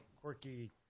quirky